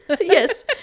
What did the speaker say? Yes